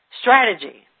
Strategy